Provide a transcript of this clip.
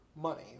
money